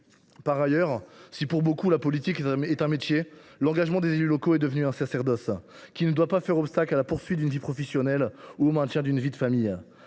Par ailleurs, si, pour nombre de personnes, la politique est un métier, l’engagement des élus locaux est devenu un sacerdoce, qui ne doit pas faire obstacle à la poursuite d’une vie professionnelle ou au maintien d’une vie de famille.